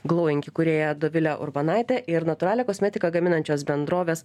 glauink įkūrėja dovilė urbanaitė ir natūralią kosmetiką gaminančios bendrovės